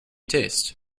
taste